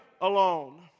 alone